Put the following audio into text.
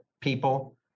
people